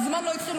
הזמן לא התחיל.